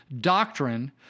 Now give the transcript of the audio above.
doctrine